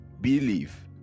believe